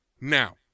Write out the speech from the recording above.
Now